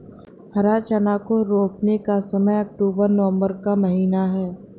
हरा चना को रोपने का समय अक्टूबर नवंबर का महीना है